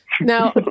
Now